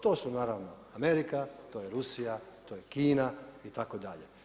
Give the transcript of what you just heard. To su naravno Amerika, to je Rusija, to je Kina itd.